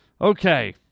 Okay